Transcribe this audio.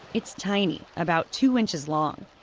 it's tiny, about two inches long.